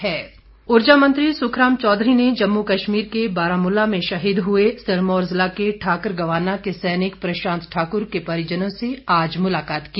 सुखराम चौधरी ऊर्जा मंत्री सुखराम चौधरी ने जम्मू कश्मीर के बारामूला में शहीद हुए सिरमौर जिला के ठाकर गवाना के सैनकि प्रशांत ठाकुर के परिजनों से आज मुलाकात की